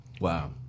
Wow